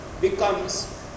becomes